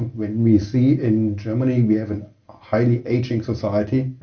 when we see in germany we have a highly aging society,